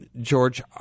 George